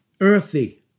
Earthy